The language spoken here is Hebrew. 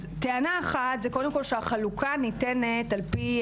אז טענה אחת שקודם כל, החלוקה ניתנת, על פי